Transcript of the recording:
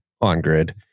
on-grid